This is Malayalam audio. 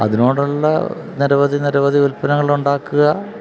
അതിനോടുള്ള നിരവധി നിരവധി ഉൽപ്പനങ്ങൾ ഉണ്ടാക്കുക